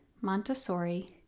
montessori